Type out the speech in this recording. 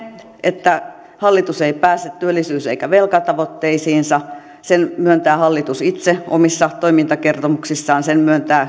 että hallitus ei pääse työllisyys eikä velkatavoitteisiinsa sen myöntää hallitus itse omissa toimintakertomuksissaan sen myöntävät